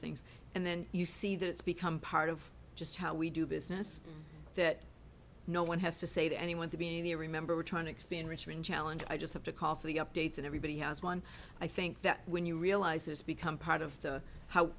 things and then you see that it's become part of just how we do business that no one has to say to anyone to be there remember we're trying to expand richmond challenge i just have to call for the updates and everybody has one i think that when you realize there's become part of the how